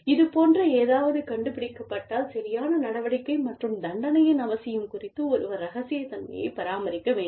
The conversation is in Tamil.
இதுபோன்ற ஏதாவது கண்டுபிடிக்கப்பட்டால் சரியான நடவடிக்கை மற்றும் தண்டனையின் அவசியம் குறித்து ஒருவர் இரகசியத்தன்மையைப் பராமரிக்க வேண்டும்